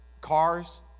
Cars